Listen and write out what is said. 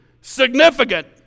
significant